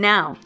Now